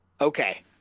okay